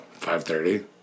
5.30